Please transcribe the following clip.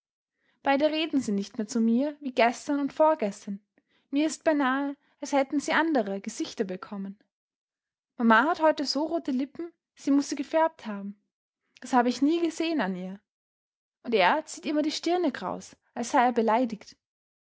beide reden sie nicht mehr zu mir wie gestern und vorgestern mir ist beinahe als hätten sie andere gesichter bekommen mama hat heute so rote lippen sie muß sie gefärbt haben das habe ich nie gesehen an ihr und er zieht immer die stirne kraus als sei er beleidigt